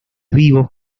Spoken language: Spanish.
vivos